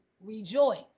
rejoice